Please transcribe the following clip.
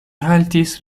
haltis